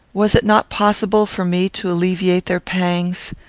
was it not possible for me to alleviate their pangs?